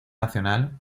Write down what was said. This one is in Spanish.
nacional